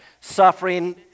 suffering